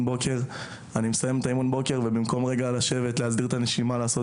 בוקר ורץ מיד לבסיס גם בלי להסדיר את הנשימה ולעשות